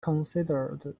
considered